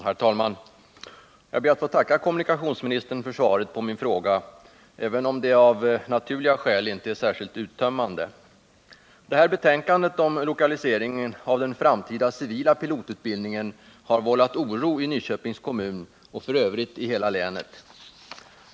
Herr talman! Jag ber att få tacka kommunikationsministern för svaret på min fråga, även om det av naturliga skäl inte är särskilt uttömmande. Det här betänkandet om lokaliseringen av den framtida civila pilotutbildningen har vållat oro i Nyköpings kommun och f. ö. i hela länet.